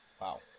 Wow